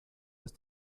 ist